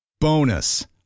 Bonus